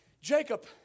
Jacob